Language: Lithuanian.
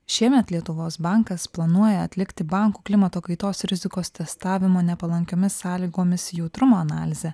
šiemet lietuvos bankas planuoja atlikti bankų klimato kaitos rizikos testavimo nepalankiomis sąlygomis jautrumo analizę